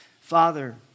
Father